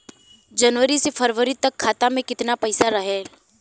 जनवरी से फरवरी तक खाता में कितना पईसा रहल?